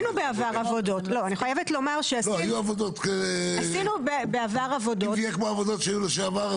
אני חייבת לומר שעשינו בעבר עבודות --- אם זה עבודות כמו שהיו בעבר,